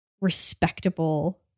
respectable